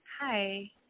Hi